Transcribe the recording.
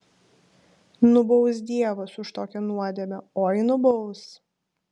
nubaus dievas už tokią nuodėmę oi nubaus